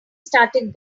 started